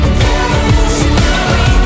revolutionary